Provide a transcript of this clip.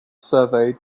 survey